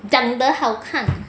长得好看